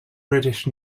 british